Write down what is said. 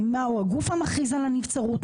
מהו הגוף המכריז על הנבצרות?